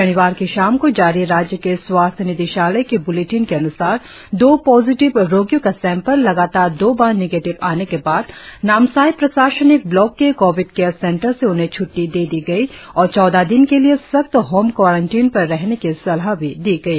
शनिवार की शाम को जारी राज्य के स्वास्थ्य निदेशालय के ब्लेटिन के अन्सार दो पॉजिटिव रोगियों का सेंपल लगातार दो बार निगेटिव आने के बाद नामसाई प्रशासनिक ब्लॉक के कोविड केयर सेंटर से उन्हे छ्ट्टी दे दी गई और चौदह दिन के लिए सख्त होम क्वारंटिन पर रहने की सलाह भी दी गई